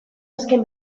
azken